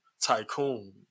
tycoon